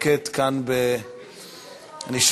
לוועדת